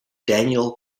daniel